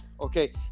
okay